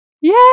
Yay